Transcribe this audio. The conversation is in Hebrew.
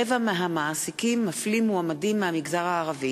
רבע מהמעסיקים מפלים מועמדים מהמגזר הערבי,